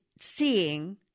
seeing